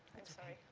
i'm sorry.